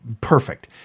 perfect